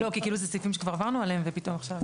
כי אלה סעיפים שכבר עברנו עליהם ופתאום חוזרים אליהם.